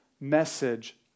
message